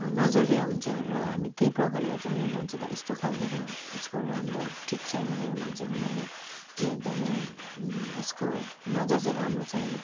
नजरिया हुन्छ र हामी त्यही प्रकारले हेर्छौँ यो मान्छे त यस्तो खालके रहेछ यसको राम्रो ठिक छैन यो मान्छेको नजर एकदमै यसको नजर चाहिँ राम्रो छैन